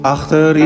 Achter